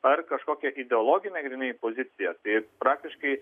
ar kažkokia ideologine grynai pozicija tai praktiškai